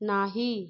नाही